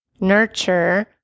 nurture